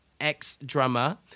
ex-drummer